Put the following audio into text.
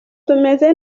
tumeze